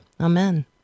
Amen